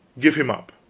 give him up,